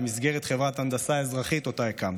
במסגרת חברת הנדסה אזרחית שהקמתי.